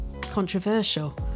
Controversial